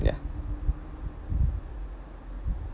ya